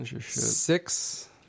six